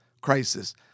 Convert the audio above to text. crisis